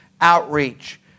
outreach